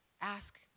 ask